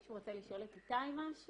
מישהו רוצה לשאול את איתי משהו?